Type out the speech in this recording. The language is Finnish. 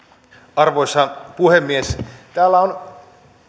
arvoisa puhemies täällä on